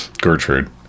Gertrude